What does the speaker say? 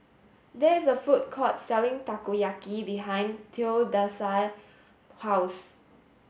there is a food court selling Takoyaki behind Theodosia's house